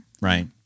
right